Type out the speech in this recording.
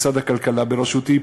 משרד הכלכלה בראשותי,